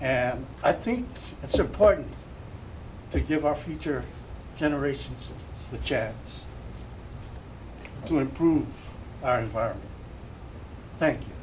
and i think it's important to give our future generations the jazz to improve our environment thank